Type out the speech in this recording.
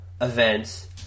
events